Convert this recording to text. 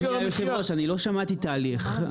היושב-ראש, אני לא שמעתי תהליך.